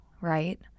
right